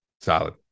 Solid